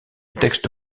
texte